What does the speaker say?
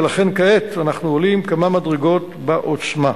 ולכן כעת אנחנו עולים כמה מדרגות בעוצמה.